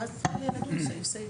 ואז יהיה צורך לדון בסעיף סעיף.